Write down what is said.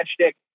shtick